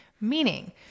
Meaning